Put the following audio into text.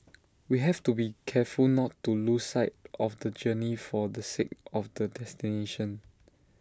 we have to be careful not to lose sight of the journey for the sake of the destination